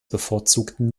bevorzugten